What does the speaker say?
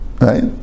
Right